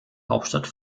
hauptstadt